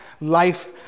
life